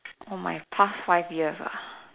oh my past five years ah